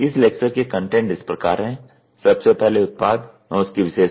इस लेक्चर के कंटेंट इस प्रकार है सबसे पहले उत्पाद एवं उसकी विशेषताए